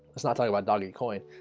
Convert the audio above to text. it's not talking about dog and coin.